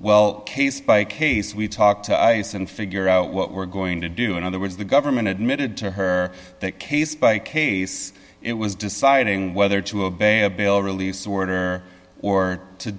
well case by case we talk to ice and figure out what we're going to do in other words the government admitted to her that case by case it was deciding whether to obey a bail release order or to